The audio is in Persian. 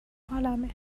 حالمه